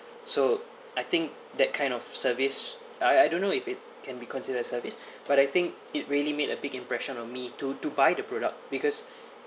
so I think that kind of service I I don't know if it can be considered a service but I think it really made a big impression on me to to buy the product because